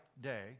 day